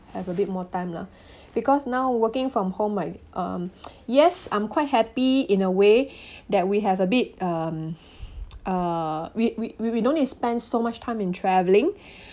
have a bit more time lah because now working from home my um yes I'm quite happy in a way that we have a bit um uh we we we we don't need spend so much time in travelling